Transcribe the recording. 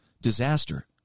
disaster